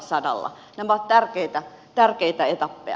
nämä ovat tärkeitä etappeja